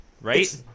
right